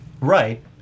Right